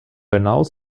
hinaus